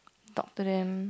talk to them